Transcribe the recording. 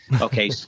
Okay